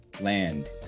land